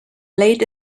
late